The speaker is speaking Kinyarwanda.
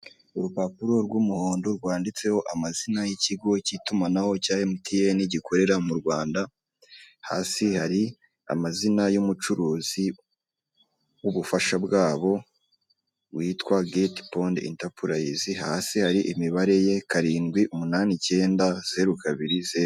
Urupapuro rw'umuhondo rwanditseho amazina y'ikigo cy'itumanaho cya MTN gikorera mu Rwanda, hasi hari amazina y'umucuruzi w'ubufasha bwabo witwa GETPONG ENTERPRISE hasi hari imibare ye karindwi umunani icyenda zeru kabiri zeru.